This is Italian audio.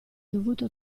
dovuto